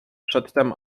przedtem